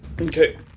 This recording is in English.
Okay